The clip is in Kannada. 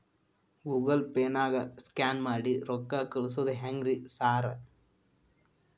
ಗೂಗಲ್ ಪೇನಾಗ ಸ್ಕ್ಯಾನ್ ಮಾಡಿ ರೊಕ್ಕಾ ಕಳ್ಸೊದು ಹೆಂಗ್ರಿ ಸಾರ್?